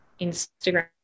Instagram